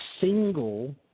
single